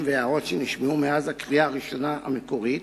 והערות שנשמעו מאז הקריאה הראשונה המקורית,